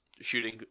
shooting